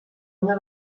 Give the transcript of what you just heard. una